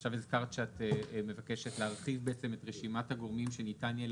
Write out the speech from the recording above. עכשיו הזכרת שאת מבקשת להרחיב בעצם את רשימת הגורמים שניתן יהיה